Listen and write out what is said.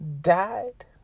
died